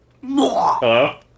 Hello